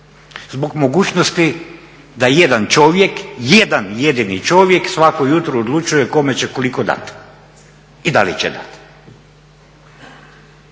zbog mogućnosti da jedan čovjek, jedan jedini čovjek svako jutro odlučuje kome će koliko dati i da li će dat.